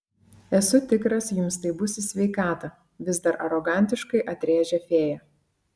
esu tikras jums tai bus į sveikatą vis dar arogantiškai atrėžė fėja